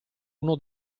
uno